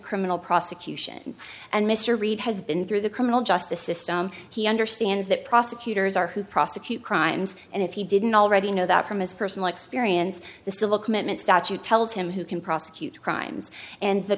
criminal prosecution and mr reed has been through the criminal justice system he understands that prosecutors are who prosecute crimes and if he didn't already know that from his personal experience the civil commitment statute tells him who can prosecute crimes and the